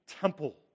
temple